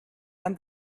and